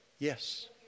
Yes